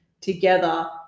together